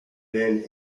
been